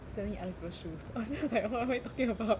standing in other people's shoes I just like what what you talking about